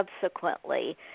subsequently